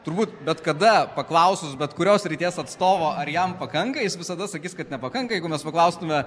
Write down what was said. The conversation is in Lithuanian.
turbūt bet kada paklausus bet kurios srities atstovo ar jam pakanka jis visada sakys kad nepakanka jeigu mes paklaustume